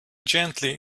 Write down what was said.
gently